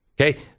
Okay